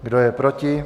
Kdo je proti?